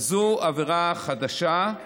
וזו עבירה חדשה,